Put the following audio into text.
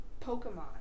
Pokemon